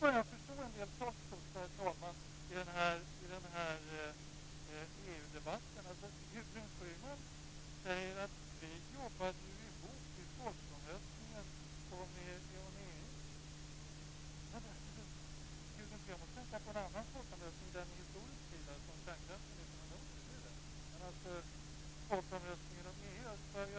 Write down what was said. Det finns en mängd områden som man kan vara med om att utveckla, förbättra och sanera i EU. Herr talman! Nu förstår jag alltså hur de många misstagen i debatten har kunnat uppstå. Man tillvitar motståndaren tvärtomåsikter och sedan visar man att de är dåliga.